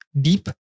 deep